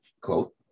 quote